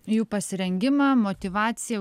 jų pasirengimą motyvaciją